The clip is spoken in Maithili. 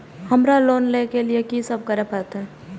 हमरा लोन ले के लिए की सब करे परते?